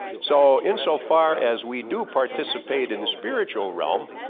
so insofar as we do participate in the spiritual realm,